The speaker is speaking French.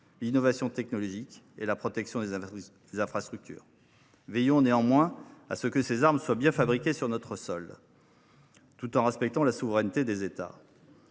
l’innovation technologique et la protection des infrastructures. Veillons néanmoins à ce que ces armes soient bien fabriquées sur notre sol, tout en respectant la souveraineté des États.